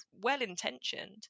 well-intentioned